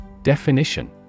Definition